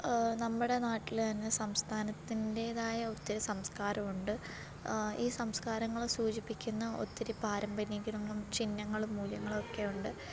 നമ്മടെ നാട്ടില് തന്നെ സംസ്ഥാനത്തിൻറ്റേതായ ഒത്തിരി സംസ്കാരമുണ്ട് ഈ സംസ്കാരങ്ങള് സൂചിപ്പിക്കുന്ന ഒത്തിരി പാരമ്പര്യങ്ങളും ചിഹ്നങ്ങളും മൂല്യങ്ങളും ഒക്കെ ഉണ്ട്